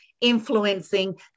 influencing